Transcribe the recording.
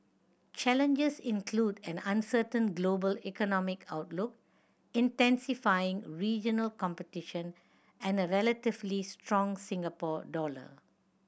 challenges include an uncertain global economic outlook intensifying regional competition and a relatively strong Singapore dollar